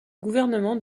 gouvernement